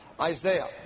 Isaiah